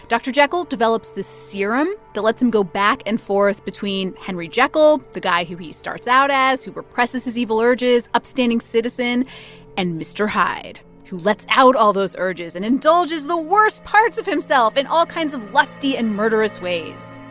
dr. jekyll develops the serum that lets him go back and forth between henry jekyll the guy who he starts out as who represses his evil urges, upstanding citizen and mr. hyde, who lets out all those urges and indulges the worst parts of himself in all kinds of lusty and murderous ways